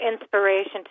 inspiration